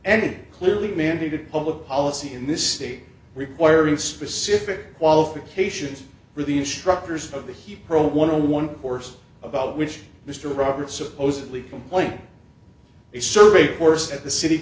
it clearly mandated public policy in this state requiring specific qualifications for the instructors of the he pro one a one course about which mr roberts supposedly complained a survey course at the city